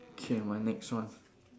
okay my next one